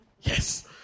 Yes